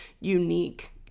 unique